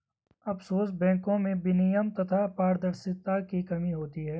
offshore बैंको में विनियमन तथा पारदर्शिता की कमी होती है